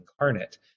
incarnate